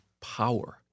power